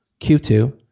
Q2